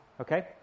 Okay